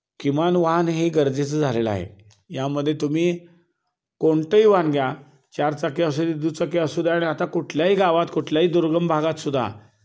किमान वाहन हे गरजेचं झालेलं आहे यामध्ये तुम्ही कोणतंही वाहन घ्या चार चाकी असू दे दुचाकी असू द्या आणि आता कुठल्याही गावात कुठल्याही दुर्गम भागातसुद्धा